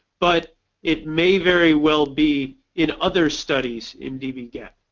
but it may very well be in other studies in dbgap.